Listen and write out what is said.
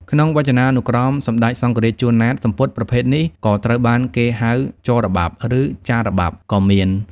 ក្នុងវចនានុក្រមសម្ដេចសង្ឃរាជ ជួន ណាត សំពត់ប្រភេទនេះ ក៏ត្រូវបានគេហៅចរបាប់ ឬចារបាប់ ក៏មាន។